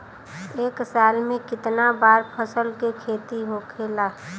एक साल में कितना बार फसल के खेती होखेला?